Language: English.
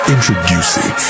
Introducing